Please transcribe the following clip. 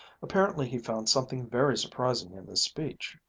apparently he found something very surprising in this speech.